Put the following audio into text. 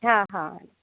हा हा